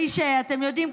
אתם יודעים,